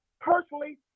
personally